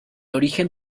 origen